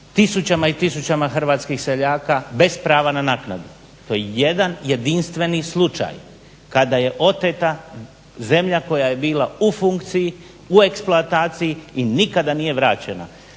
tisućama i tisućama hrvatskih seljaka bez prava na naknadu. To je jedan jedinstveni slučaj kada je oteta zemlja koja je bila u funkciji u eksploataciji i nikada nije vraćena.